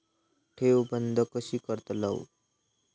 ठेव बंद कशी करतलव?